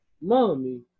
Mommy